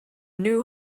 new